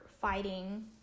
fighting